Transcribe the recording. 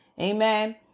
Amen